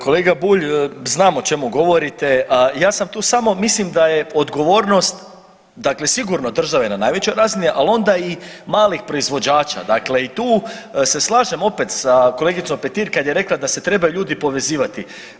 Kolega Bulj, znam o čemu govorite, a ja sam tu samo, mislim da je odgovornost dakle sigurno države na najvećoj razini, al onda i malih proizvođača, dakle i tu se slažem opet sa kolegicom Petir kad je rekla da se trebaju ljudi povezivati.